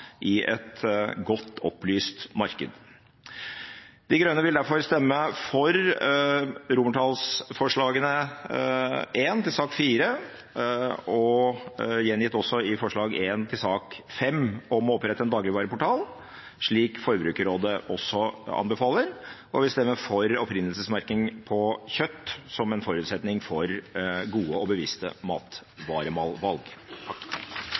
i et godt opplyst marked. Miljøpartiet De Grønne vil derfor i sak nr. 4 stemme for forslag til romertallsvedtak I i innstillingen – også gjengitt i forslag nr. 1 til sak nr. 5 – om å opprette en dagligvareportal, slik Forbrukerrådet også anbefaler – og for romertallsvedtak II, om opprinnelsesmerking av kjøtt som en forutsetning for gode og bevisste